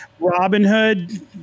Robinhood